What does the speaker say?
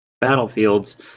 battlefields